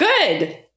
good